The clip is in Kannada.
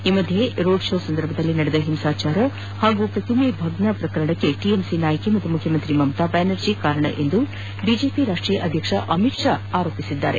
ಈ ಮಧ್ಯೆ ರೋಡ್ ಶೋ ಸಂದರ್ಭದಲ್ಲಿ ನಡೆದ ಹಿಂಸಾಚಾರ ಮತ್ತು ಪ್ರತಿಮೆ ಭಗ್ನ ಪ್ರಕರಣಕ್ಕೆ ಟಿಎಂಸಿ ನಾಯಕಿ ಮತ್ತು ಮುಖ್ಯಮಂತ್ರಿ ಮಮತಾ ಬ್ಯಾನರ್ಜಿ ಕಾರಣ ಎಂದು ಬಿಜೆಪಿ ರಾಷ್ಟೀಯ ಅಧ್ಯಕ್ಷ ಅಮಿತ್ ಶಾ ಆರೋಪಿಸಿದ್ದಾರೆ